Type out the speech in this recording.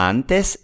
Antes